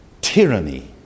Tyranny